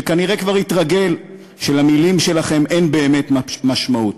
שכנראה כבר התרגל שלמילים שלכם אין באמת משמעות.